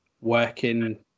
working